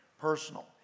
personal